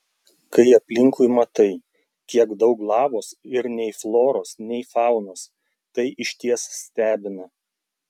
kai aplinkui matai kiek daug lavos ir nei floros nei faunos tai išties stebina